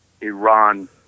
Iran